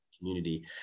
community